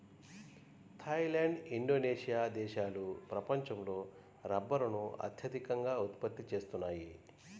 Thai land, Indonesia దేశాలు ప్రపంచంలో రబ్బరును అత్యధికంగా ఉత్పత్తి చేస్తున్నాయి